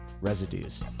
Residues